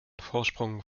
vorsprung